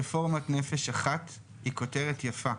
הכותרת: רפורמת "נפש אחת", היא כותרת יפה.